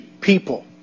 people